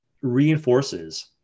reinforces